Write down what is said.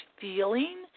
feeling